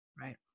right